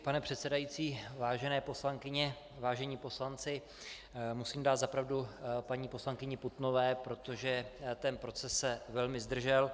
Pane předsedající, vážené poslankyně, vážení poslanci, musím dát za pravdu paní poslankyni Putnové, protože ten proces se velmi zdržel.